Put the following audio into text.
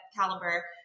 caliber